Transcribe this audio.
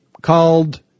called